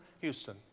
Houston